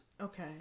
Okay